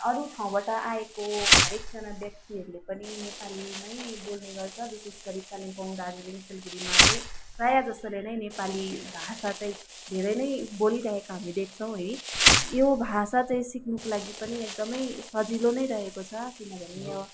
अरू ठाउँबाट आएको हरेकजना व्यक्तिहरूले पनि नेपालीमै बोल्ने गर्छ विशेष गरी कालिम्पोङ दार्जिलिङ सिलगढीमा चाहिँ प्रायः जस्तोले नै नेपाली भाषा चाहिँ धेरै नै बोलिरहेको हामी देख्छौँ है यो भाषा चाहिँ सिक्नुको लागि पनि एकदमै सजिलो नै रहेको छ किनभने